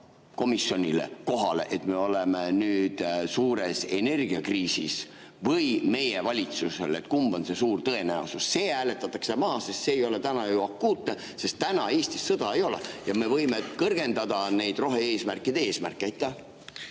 Euroopa Komisjonile kohale, et me oleme nüüd suures energiakriisis, või meie valitsusele? Kumb on suurema tõenäosusega? See hääletatakse maha, sest see ei ole täna ju akuutne, sest täna Eestis sõda ei ole ja me võime kõrgendada neid rohe-eesmärkide eesmärke.